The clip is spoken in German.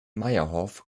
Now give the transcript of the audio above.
meierhof